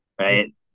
Right